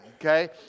okay